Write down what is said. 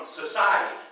society